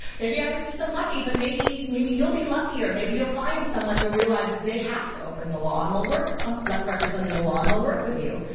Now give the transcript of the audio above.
maybe i was just unlucky, but maybe maybe you'll be luckier. maybe you'll find someone who realizes they have to open the law and they'll um let records under the law and they'll work with you.